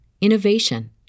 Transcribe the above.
innovation